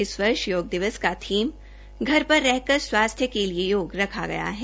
इस वर्ष योग दिवस का थीम घर पर रहकर स्वास्थ्य के लिए योग रखा गया है